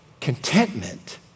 contentment